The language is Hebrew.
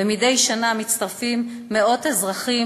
ומדי שנה מצטרפים מאות אזרחים